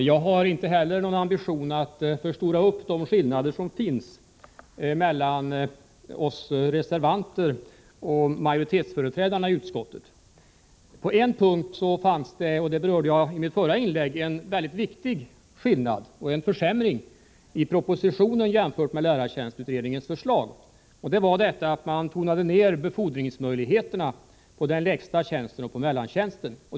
Herr talman! Inte heller jag har någon ambition att förstora upp de skillnader som fanns mellan oss reservanter och majoritetsföreträdarna i utskottet. På en punkt fanns det — det berörde jag i mitt förra inlägg — en mycket viktig skillnad, där det var en försämring i propositionen jämfört med lärartjänstutredningens förslag. Man tonade i propositionen ner befordringsmöjligheterna på den lägsta tjänsten och på mellantjänsten.